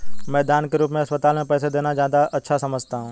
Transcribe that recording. मैं दान के रूप में अस्पताल में पैसे देना ज्यादा अच्छा समझता हूँ